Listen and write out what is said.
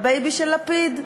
הבייבי של לפיד.